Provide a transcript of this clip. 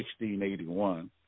1681